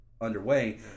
underway